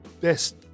best